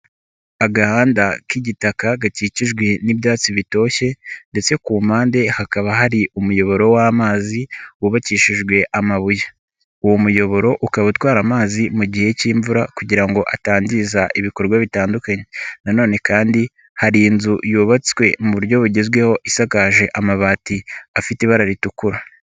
Agahanda k'igitaka gakikijwe n'ibyatsi bitoshye ndetse ku mpande hakaba hari umuyoboro w'amazi, wubakishijwe amabuye, uwo muyoboro ukaba utwara amazi mu gihe cy'imvura kugira ngo atangiza ibikorwa bitandukanye na none kandi hari inzu yubatswe mu buryo bugezweho, isakaje amabati afite ibara ritukura.